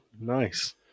Nice